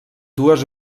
dues